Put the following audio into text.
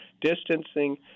distancing